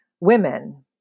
women